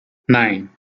nine